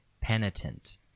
Penitent